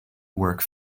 work